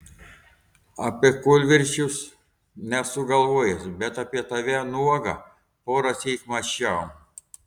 apie kūlvirsčius nesu galvojęs bet apie tave nuogą porąsyk mąsčiau